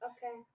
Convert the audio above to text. Okay